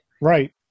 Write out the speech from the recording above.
Right